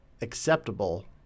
acceptable